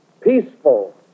peaceful